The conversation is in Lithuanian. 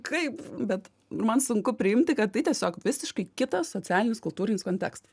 kaip bet man sunku priimti kad tai tiesiog visiškai kitas socialinis kultūrinis kontekstas